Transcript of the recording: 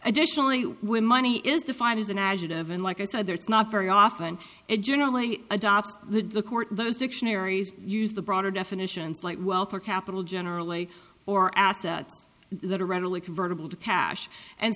additionally when money is defined as an adjective and like i said there it's not very often it generally adopts the court those dictionaries use the broader definitions like wealth or capital generally or assets that are readily convertible to cash and